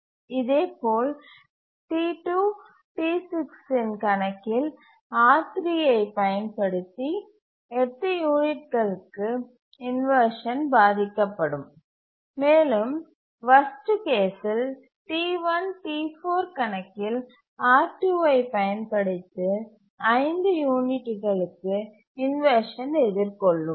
இதேபோல் T2 T6 இன் கணக்கில் R3 ஐப் பயன்படுத்தி 8 யூனிட்டுகளுக்கு இன்வர்ஷன் பாதிக்கப்படும் மேலும் வர்ஸ்ட் கேசில் T1 T4 கணக்கில் R2 ஐப் பயன்படுத்தி 5 யூனிட்டுகளுக்கு இன்வர்ஷன் எதிர்கொள்ளும்